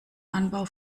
anbau